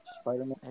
Spider-Man